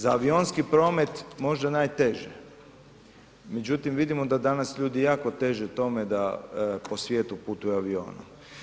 Za avionski promet možda najteže međutim vidimo da danas ljudi jako teže tome da po svijetu putuju avioni.